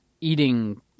eating